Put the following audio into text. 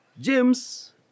James